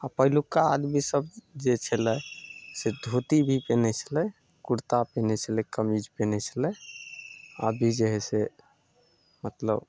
आओर पहिलुका आदमी सब जे छलै से धोती भी पेनहइ छलै कुर्ता पेनहइ छलै कमीज पेनहे छलै अभी जे हय से मतलब